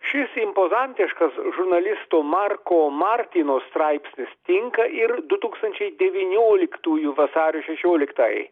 šis impozantiškas žurnalisto marko martino straipsnis tinka ir du tūkstančiai devynioliktųjų vasario šešioliktąjai